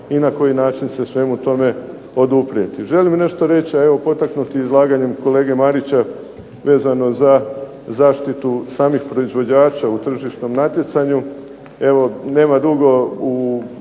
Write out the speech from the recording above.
i na koji način se svemu tome oduprijeti. Želim nešto reći a evo potaknut izlaganjem kolege Marića vezano za zaštitu samih proizvođača u tržišnom natjecanju. Evo nema dugo